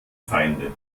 feinde